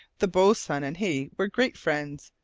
the boatswain and he were great friends,